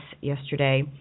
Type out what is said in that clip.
yesterday